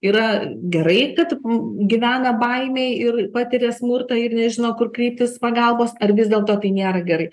yra gerai kad gyvena baimėj ir patiria smurtą ir nežino kur kreiptis pagalbos ar vis dėlto tai nėra gerai